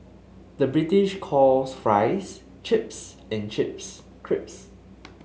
the British calls fries chips and chips crisps